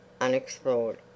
unexplored